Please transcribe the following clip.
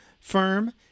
firm